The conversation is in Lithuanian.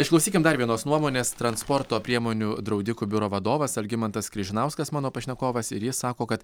išklausykim dar vienos nuomonės transporto priemonių draudikų biuro vadovas algimantas križinauskas mano pašnekovas ir jis sako kad